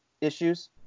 issues